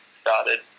started